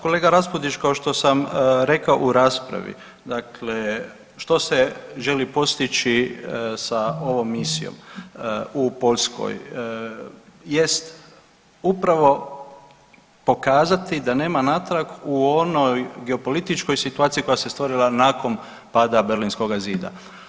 Kolega Raspudić, kao što sam rekao u raspravi, dakle što se želi postići sa ovom misijom u Poljskoj jest upravo pokazati da nema natrag u onoj geopolitičkoj situaciji koja se stvorila nakon pada Berlinskoga zida.